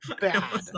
bad